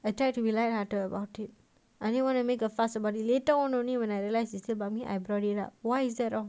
I try to relax lah talk about it I didn't wanna make a fuss about it later on only when I realise it's about me then I brought it up why is that wrong